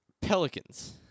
Pelicans